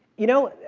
you know,